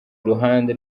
iruhande